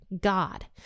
God